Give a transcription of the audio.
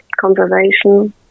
conservation